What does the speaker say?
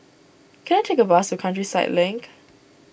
can I take a bus to Countryside Link